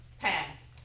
passed